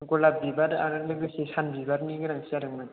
गलाब बिबार आरो लोगोसे सान बिबारनि गोनांथि जादोंमोन